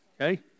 Okay